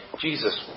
Jesus